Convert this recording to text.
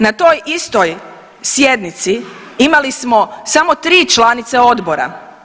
Na toj istoj sjednici imali smo samo tri članice odbora.